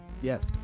Yes